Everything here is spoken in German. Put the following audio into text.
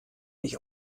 mich